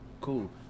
cool